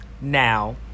now